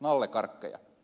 nallekarkkeja